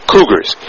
Cougars